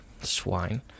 Swine